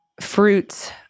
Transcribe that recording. fruits